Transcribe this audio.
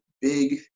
big